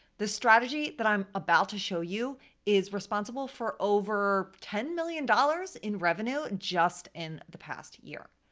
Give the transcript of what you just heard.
the strategy that i'm about to show you is responsible for over ten million dollars in revenue just in the past year.